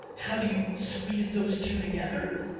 how do you squeeze those two together?